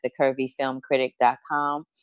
thecurvyfilmcritic.com